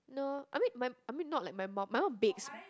no I mean my I mean not like my mum my mum bakes